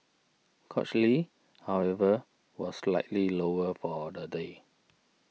cochlear however was slightly lower for the day